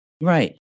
Right